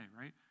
Right